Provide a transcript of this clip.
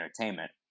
Entertainment